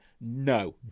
No